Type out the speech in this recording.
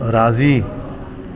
राज़ी